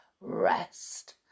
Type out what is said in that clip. rest